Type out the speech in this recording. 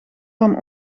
van